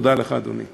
תודה לך, אדוני.